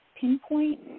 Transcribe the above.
pinpoint